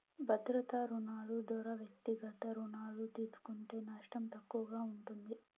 భద్రతా రుణాలు దోరా వ్యక్తిగత రుణాలు తీస్కుంటే నష్టం తక్కువగా ఉంటుంది